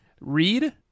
read